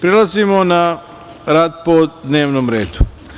Prelazimo na rad po dnevnom redu.